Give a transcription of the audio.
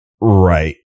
Right